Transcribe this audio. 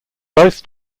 both